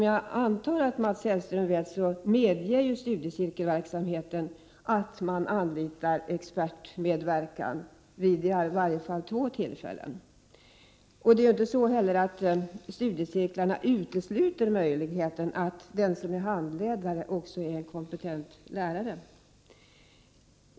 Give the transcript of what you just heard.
Jag antar att Mats Hellström vet att studiecirkelverksamheten medger att man anlitar experter vid i varje fall två tillfällen. Cirkelverksamheten utesluter inte heller möjligheten att den som är handledare också är en kompetent lärare.